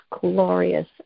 glorious